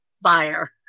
buyer